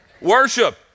Worship